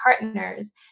partners